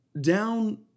Down